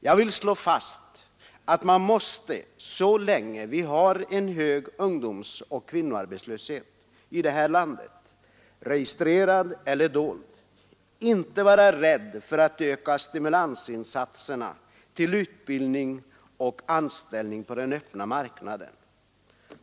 Jag vill slå fast att vi, så länge vi har en hög ungdomsoch kvinnoarbetslöshet i landet — registrerad eller dold —, inte får vara rädda för att öka insatserna för att stimulera anställning och utbildning på den öppna marknaden.